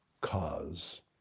cause